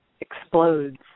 explodes